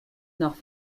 nach